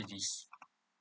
subsidies